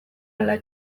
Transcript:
ala